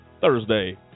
Thursday